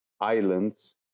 islands